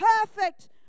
perfect